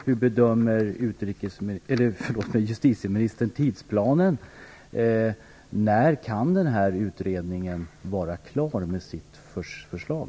Hur bedömer justitieministern tidsplanen? När kan den här utredningen vara klar med sitt förslag?